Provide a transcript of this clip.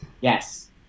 Yes